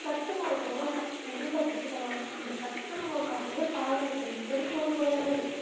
சத்துமாவு தருவாங்க உருண்டை பிடிச்சுத் தருவாங்க அந்த சத்துமாவுக்காகவே பால்வாடி படிக்கும் போது ஸ்கூல் போயிடறது